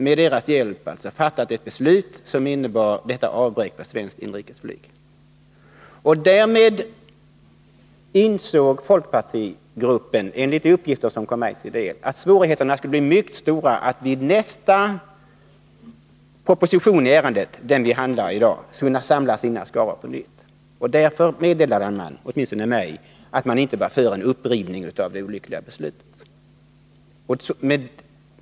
Med deras hjälp fattade riksdagen ett beslut som innebar detta avbräck för svenskt inrikesflyg. Därmed insåg folkpartigruppen, enligt de uppgifter som kom mig till del, att svårigheterna skulle bli mycket stora att vid nästa proposition i ärendet — den som vi behandlar i dag — samla sina skaror på nytt, och därför meddelade man åtminstone mig att man inte var för en upprivning av det olyckliga beslutet.